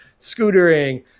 scootering